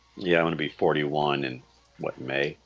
yeah, i'm gonna be forty one and what may